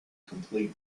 complete